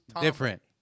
Different